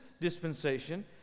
dispensation